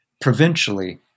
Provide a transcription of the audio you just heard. provincially